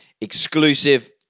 exclusive